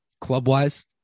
club-wise